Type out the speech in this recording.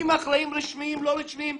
עם אחראים רשמיים ובלי אחרים רשמיים.